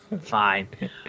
fine